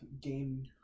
game